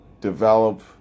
develop